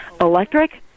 electric